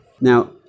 Now